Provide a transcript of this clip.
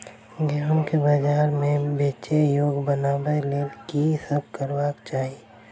गेंहूँ केँ बजार मे बेचै योग्य बनाबय लेल की सब करबाक चाहि?